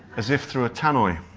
as if through a tannoy.